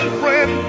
friend